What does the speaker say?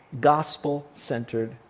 Gospel-centered